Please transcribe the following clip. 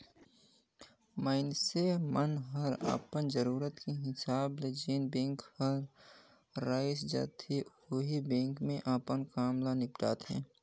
मइनसे मन हर अपन जरूरत के हिसाब ले जेन बेंक हर रइस जाथे ओही बेंक मे अपन काम ल निपटाथें